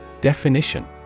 Definition